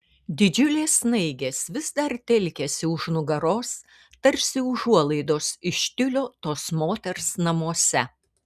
didžiulės snaigės vis dar telkėsi už nugaros tarsi užuolaidos iš tiulio tos moters namuose